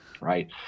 right